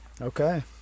Okay